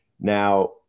Now